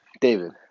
David